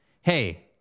Hey